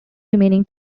remaining